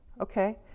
Okay